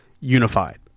unified